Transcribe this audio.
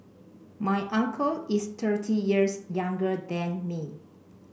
my uncle is thirty years younger than me